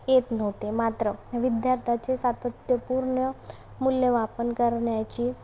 येत नव्हते मात्र विद्यार्थ्याचे सातत्यपूर्ण मूल्यमापन करण्याची